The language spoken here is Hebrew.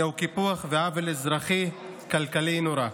זהו קיפוח ועוול אזרחי וכלכלי נורא.